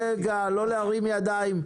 לא להרים ידיים,